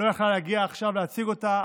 היא לא יכלה להגיע עכשיו להציג אותה,